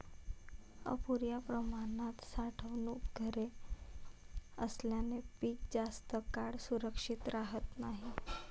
अपुर्या प्रमाणात साठवणूक घरे असल्याने पीक जास्त काळ सुरक्षित राहत नाही